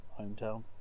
hometown